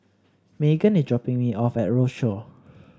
Meghann is dropping me off at Rochor